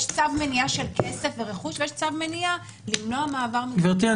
יש צו מניעה של כסף ורכוש ויש צו מניעה למנוע מעבר של --- גברתי,